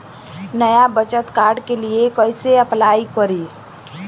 नया बचत कार्ड के लिए कइसे अपलाई करी?